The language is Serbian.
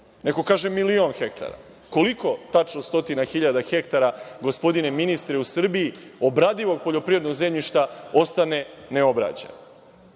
neko kaže milion hektara. Koliko tačno stotina hiljada hektara, gospodine ministre, u Srbiji, obradivog poljoprivednog zemljišta ostane neobrađeno?